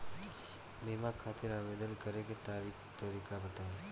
बीमा खातिर आवेदन करे के तरीका बताई?